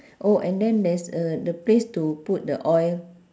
oh and then there's a the place to put the oil